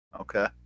Okay